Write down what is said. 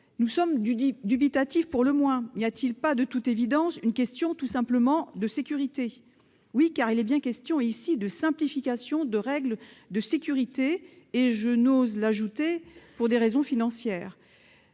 Nous sommes pour le moins dubitatifs. N'y a-t-il pas, de toute évidence, une question de pure sécurité ? Oui, car il est bien question ici de simplification de règles de sécurité, et ce, je n'ose l'ajouter, pour des raisons financières.